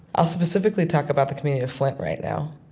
i'll specifically talk about the community of flint right now.